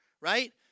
right